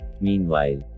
Meanwhile